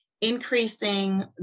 increasing